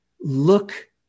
look